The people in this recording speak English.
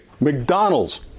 McDonald's